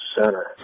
center